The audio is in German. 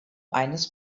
eines